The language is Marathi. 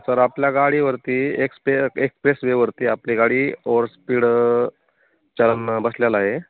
सर आपल्या गाडीवरती एक्सपे एक्सप्रेस वेवरती आपली गाडी ओवरस्पीड चालन बसलेला आहे